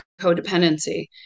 codependency